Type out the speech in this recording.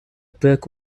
book